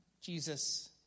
jesus